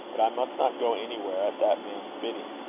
but i must not go anywhere at that man's bidding.